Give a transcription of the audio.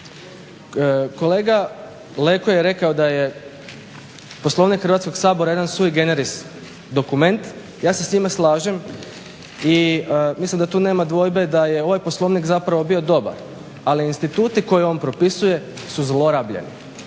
Kolega Leko je rekao da je Poslovnik Hrvatskog sabora jedan sui generis dokument. Ja se s time slažem i mislim da tu nema dvojbe da je ovaj Poslovnik zapravo bio dobar. Ali instituti koje on propisuje su zlorabljeni